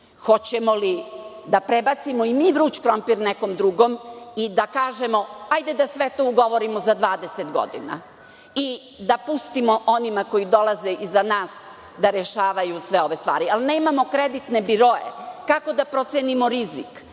Hoćemo li da prebacimo i mi vruć krompir nekom drugom i da kažemo – hajde da to sve ugovorimo za 20 godina i da pustimo onima koji dolaze iza nas da rešavaju sve ove stvari? Ali, nemamo kreditne biroe. Kako da procenimo rizik?